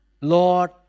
Lord